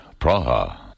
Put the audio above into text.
Praha